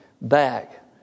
back